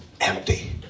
empty